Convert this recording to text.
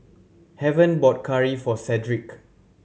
Heaven bought curry for Cedric